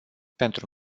pentru